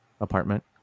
apartment